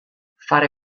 fare